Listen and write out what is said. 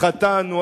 חטאנו,